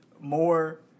more